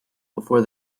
before